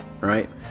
right